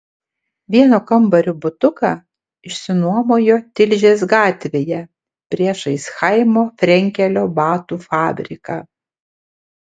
vieno kambario butuką išsinuomojo tilžės gatvėje priešais chaimo frenkelio batų fabriką